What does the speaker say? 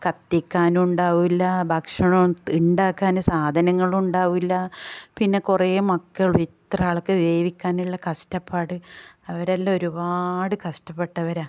കത്തിക്കാനുണ്ടാവില്ല ഭക്ഷണം ഉണ്ടാക്കാൻ സാധനങ്ങളും ഉണ്ടാവില്ല പിന്നെ കുറേ മക്കളും ഇത്രയും ആൾക്ക് വേവിക്കാനുള്ള കഷ്ടപ്പാട് അവരെല്ലാം ഒരുപാട് കഷ്ടപ്പെട്ടവരാണ്